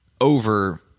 over